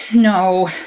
No